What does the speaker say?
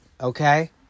Okay